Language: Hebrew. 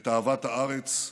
את אהבת הארץ,